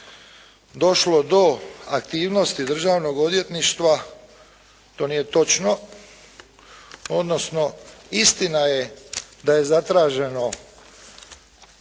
došlo do aktivnosti Državnog odvjetništva to nije točno, odnosno istina je da je zatraženo